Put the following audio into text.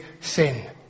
sin